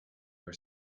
your